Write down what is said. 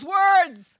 words